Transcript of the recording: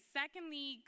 secondly